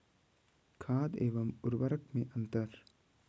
खाद एवं उर्वरक में अंतर?